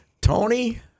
Tony